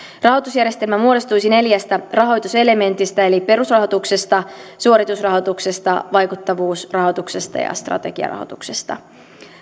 rahoitusjärjestelmä muodostuisi neljästä rahoituselementistä eli perusrahoituksesta suoritusrahoituksesta vaikuttavuusrahoituksesta ja ja strategiarahoituksesta